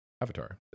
avatar